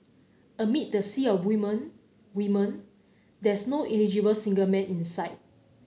amid the sea of women women there's no eligible single man in sight